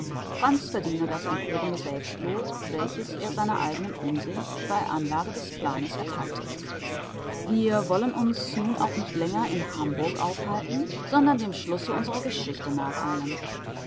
franz verdiene das empörende selbstlob welches er seiner eignen umsicht bei anlage des planes ertheilte wir wollen uns nun auch nicht länger in hamburg aufhalten sondern dem schluße unserer geschichte nacheilen